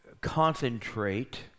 concentrate